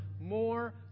more